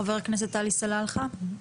חבר הכנסת עלי סלאלחה, בבקשה.